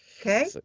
Okay